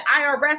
IRS